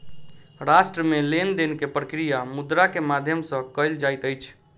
राष्ट्र मे लेन देन के प्रक्रिया मुद्रा के माध्यम सॅ कयल जाइत अछि